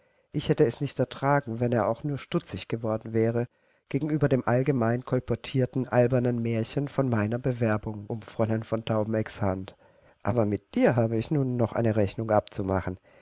ich hätte es nicht ertragen wenn er auch nur stutzig geworden wäre gegenüber dem allgemein kolportierten albernen märchen von meiner bewerbung um fräulein von taubenecks hand aber mit dir habe ich nun noch eine rechnung abzumachen